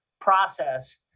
process